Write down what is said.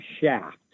shaft